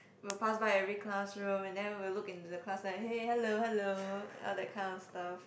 we'll pass by every classroom and then we will look into the class like hey hello hello all that kind of stuff